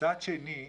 מצד שני,